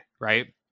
right